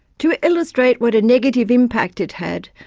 to illustrate what a negative impact it had,